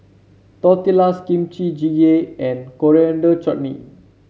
tortillas Kimchi Jjigae and Coriander Chutney